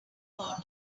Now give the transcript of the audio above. got